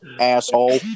Asshole